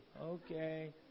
Okay